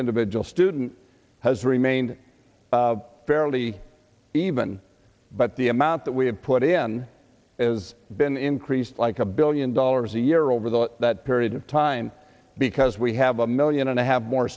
individual student has remained fairly even but the amount that we have put in is been increased like a billion dollars a year over the that period of time because we have a million and a half more